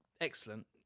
excellent